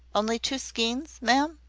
only two skeins, ma'am?